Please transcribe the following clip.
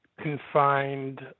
confined